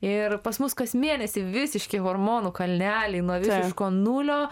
ir pas mus kas mėnesį visiški hormonų kalneliai nuo visiško nulio